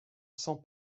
sans